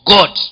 God